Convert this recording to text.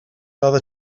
other